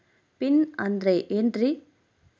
Pin ಅಂದ್ರೆ ಏನ್ರಿ?